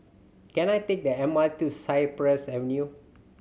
can I take the M R T to Cypress Avenue